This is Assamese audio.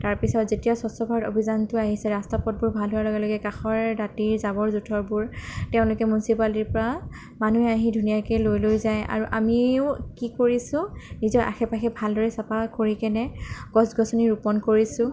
তাৰপাছত যেতিয়া স্বচ্ছ ভাৰত অভিযানটো আহিছে ৰাস্তা পথবোৰ ভাল হোৱাৰ লগে লগে কাষৰ দাঁতিৰ জাবৰ জোঁথৰবোৰ তেওঁলোকে মিউনিচিপালিটিৰ পৰা মানুহে আহি ধুনীয়াকৈ লৈ লৈ যায় আৰু আমিও কি কৰিছোঁ নিজৰ আশে পাশে ভালদৰে চাফা কৰিকেনে গছ গছনি ৰোপণ কৰিছোঁ